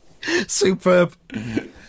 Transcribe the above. Superb